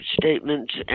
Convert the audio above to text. statements